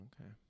Okay